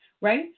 right